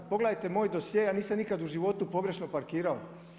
Pogledajte moj dosje, ja nisam nikada u životu pogrešno parkirao.